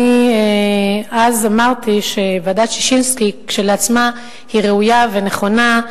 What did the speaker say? אני אמרתי אז שוועדת-ששינסקי כשלעצמה היא ראויה ונכונה,